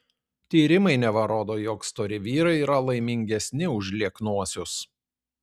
tyrimai neva rodo jog stori vyrai yra laimingesni už lieknuosius